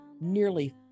nearly